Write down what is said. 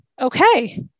okay